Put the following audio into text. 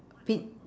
repeat